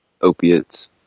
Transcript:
Opiates